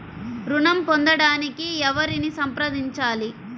ఋణం పొందటానికి ఎవరిని సంప్రదించాలి?